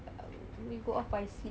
um you go off I sleep